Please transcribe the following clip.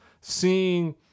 seeing